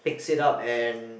fix it up and